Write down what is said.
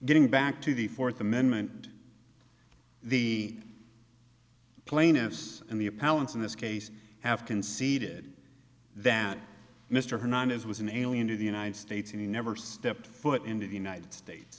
getting back to the fourth amendment the plaintiffs and the appellant's in this case have conceded that mr hernandez was an alien to the united states and he never stepped foot into the united states